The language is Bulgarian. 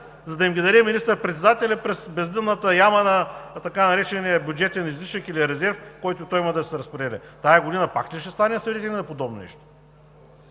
за да им ги даде министър-председателят през бездънната яма на така наречения бюджетен излишък или резерв, който той има да си разпределя. Тази година пак ли ще станем свидетели на подобно нещо?